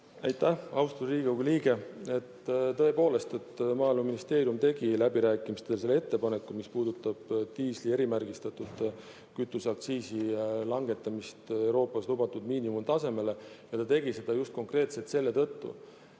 Aitäh, austatud Riigikogu liige! Tõepoolest, Maaeluministeerium tegi läbirääkimistel selle ettepaneku, mis puudutab erimärgistatud kütuse aktsiisi langetamist Euroopas lubatud miinimumtasemele. Ta tegi seda just konkreetselt selle tõttu,